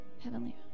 Heavenly